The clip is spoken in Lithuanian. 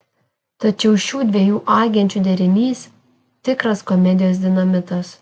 tačiau šių dviejų agenčių derinys tikras komedijos dinamitas